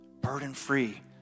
burden-free